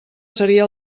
seria